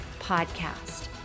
podcast